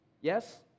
yes